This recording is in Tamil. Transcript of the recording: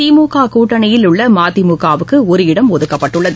திமுக கூட்டணியல் உள்ள மதிமுக வுக்கு ஒரு இடம் ஒதுக்கப்பட்டுள்ளது